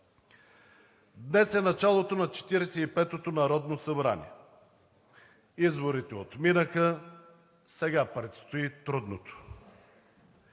Днес е началото на 45-ото народно събрание. Изборите отминаха, сега предстои трудното.